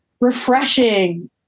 refreshing